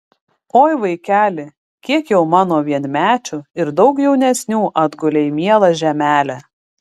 oi vaikeli kiek jau mano vienmečių ir daug jaunesnių atgulė į mielą žemelę